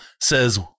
says